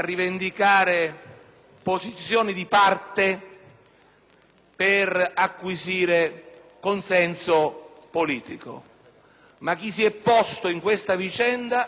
per acquisire consenso politico, chi si è posto in questa vicenda con il rispetto